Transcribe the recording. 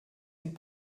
sind